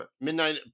midnight